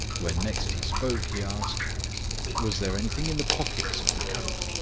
when next he spoke he asked was there anything in the pockets of the coat?